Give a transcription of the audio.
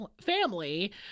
family